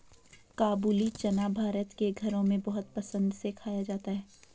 काबूली चना भारत के घरों में बहुत पसंद से खाया जाता है